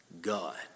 God